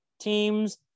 teams